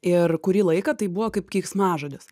ir kurį laiką tai buvo kaip keiksmažodis